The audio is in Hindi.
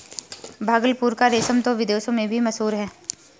भागलपुर का रेशम तो विदेशों में भी मशहूर है